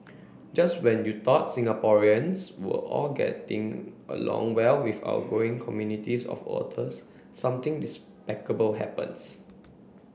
just when you thought Singaporeans were all getting along well with our growing communities of otters something happens